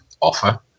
offer